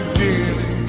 dearly